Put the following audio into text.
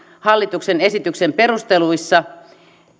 hallituksen esityksen perusteluissa